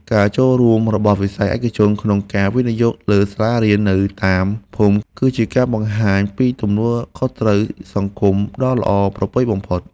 ការចូលរួមរបស់វិស័យឯកជនក្នុងការវិនិយោគលើសាលារៀននៅតាមភូមិ គឺជាការបង្ហាញពីទំនួលខុសត្រូវសង្គមដ៏ល្អប្រពៃបំផុត។